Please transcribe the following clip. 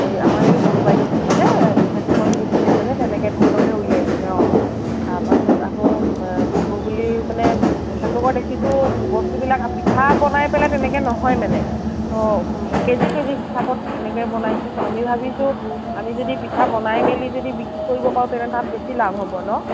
এই আমাৰ এই সৰু বাইদেউহঁতে যে তেখেতলোকৰ বস্তটোৱে মানে তেনেকে ধৰণকে উলিয়াইছে অঁ তাৰপাছত আকৌ বিহু বুলি মানে তেখেতলোকৰ দেখিছোঁ বস্তুবিলাক পিঠা বনাই পেলাই তেনেকে নহয় মানে ত' কেজি কেজি হিচাপত এনেকে বনাইছে ত' আমি ভাবিছোঁ আমি যদি পিঠা বনাই মেলি যদি বিক্ৰী কৰিব পাৰোঁ তেনে তাত বেছি লাভ হ'ব ন